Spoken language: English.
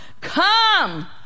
come